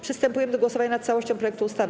Przystępujemy do głosowania nad całością projektu ustawy.